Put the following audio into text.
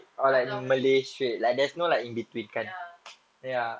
atau melayu ya